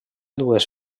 dues